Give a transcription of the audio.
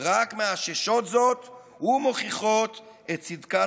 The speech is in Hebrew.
רק מאששות זאת ומוכיחות את צדקת